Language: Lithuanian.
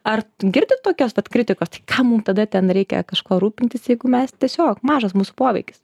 ar girdit tokios vat kritikos tai kam mum tada ten reikia kažkuo rūpintis jeigu mes tiesiog mažas mūsų poveikis